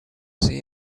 see